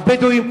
הבדואים,